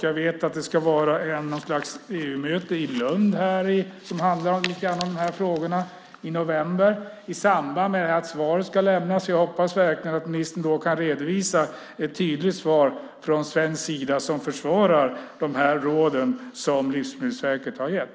Jag vet att det kommer att vara något slags EU-möte i Lund som ska handla om de här frågorna i november i samband med att svaret ska lämnas. Jag hoppas verkligen att ministern då kan redovisa ett tydligt svar från svensk sida som försvarar de råd som Livsmedelsverket har gett.